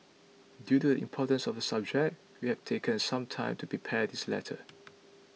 due to the importance of the subject we have taken some time to prepare this letter